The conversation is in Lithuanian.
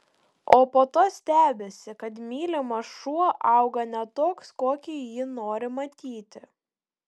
o po to stebisi kad mylimas šuo auga ne toks kokį jį nori matyti